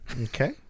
Okay